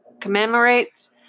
commemorates